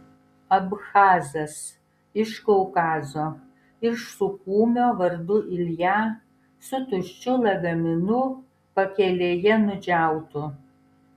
abchazas iš kaukazo iš suchumio vardu ilja su tuščiu lagaminu pakelėje nudžiautu